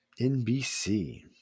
NBC